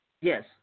Yes